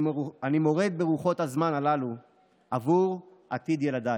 אני מורד ברוחות הזמן הללו עבור עתיד ילדיי.